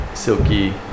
Silky